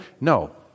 No